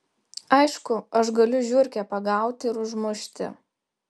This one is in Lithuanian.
aišku aš galiu žiurkę pagauti ir užmušti